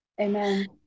amen